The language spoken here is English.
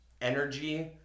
energy